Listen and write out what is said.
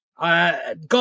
God